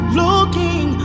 looking